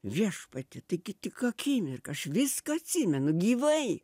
viešpatie taigi tik akimirka aš viską atsimenu gyvai